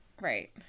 Right